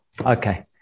Okay